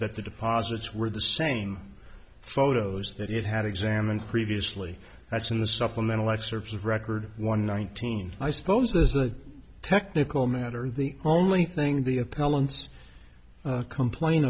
that the deposits were the same photos that it had examined previously that's in the supplemental excerpts of record one nineteen i suppose this is a technical matter the only thing the appellant's complain